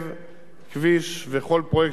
כביש וכל פרויקט שהוא לא סטטוטורי.